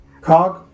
Cog